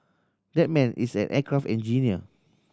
that man is an aircraft engineer